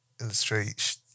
illustrate